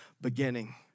beginning